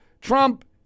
Trump